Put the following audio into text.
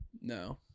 no